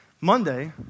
Monday